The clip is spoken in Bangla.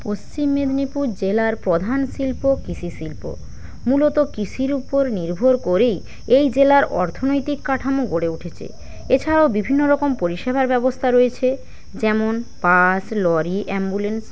পশ্চিম মেদিনীপুর জেলার প্রধান শিল্প কৃষিশিল্প মূলত কৃষির উপর নির্ভর করেই এই জেলার অর্থনৈতিক কাঠামো গড়ে উঠেছে এছাড়াও বিভিন্নরকম পরিষেবার ব্যাবস্থা রয়েছে যেমন বাস লরি অ্যাম্বুলেন্স